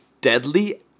deadly